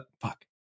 fuck